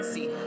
See